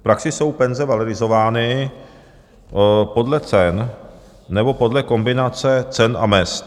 V praxi jsou penze valorizovány podle cen nebo podle kombinace cen a mezd.